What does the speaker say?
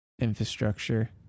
infrastructure